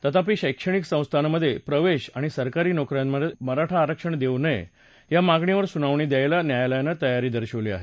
तथापी शैक्षणिक संस्थांमधे आणि सरकारी नोक यांमधे मराठा आरक्षण देऊ नये या मागणीवर सुनावणी घ्यायला न्यायलयान तयारी दर्शवली आहे